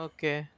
Okay